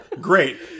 great